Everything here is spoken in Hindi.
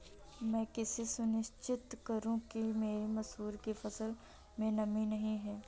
मैं कैसे सुनिश्चित करूँ कि मेरी मसूर की फसल में नमी नहीं है?